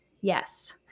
yes